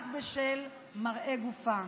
רק בשל מראה גופם.